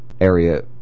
area